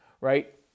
right